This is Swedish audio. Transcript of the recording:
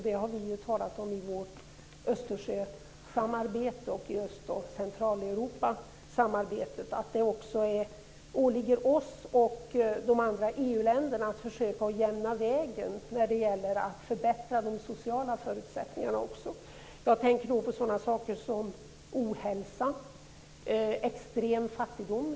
Vi har talat om i vårt Östersjösamarbete och i samarbetet med Central och Östeuropa att det åligger oss och de andra EU-länderna att försöka att jämna vägen när det gäller att förbättra de sociala förutsättningarna. Jag tänker på sådana saker som ohälsa och extrem fattigdom.